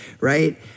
right